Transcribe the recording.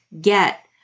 get